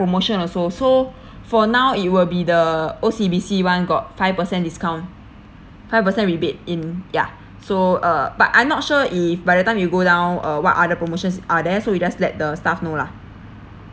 promotion also so for now it will be the O_C_B_C one got five percent discount five percent rebate in ya so uh but I'm not sure if by the time you go down uh what are the promotions are there so you just let the staff know lah